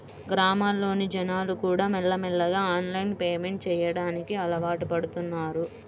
గ్రామాల్లోని జనాలుకూడా మెల్లమెల్లగా ఆన్లైన్ పేమెంట్ చెయ్యడానికి అలవాటుపడుతన్నారు